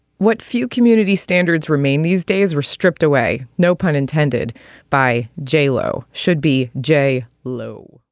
what few community standards remain these days were stripped away. no pun intended by j lo should be j lo,